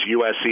USC